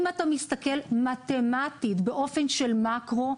אם אתה מסתכל מתמטית באופן של מקרו,